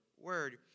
word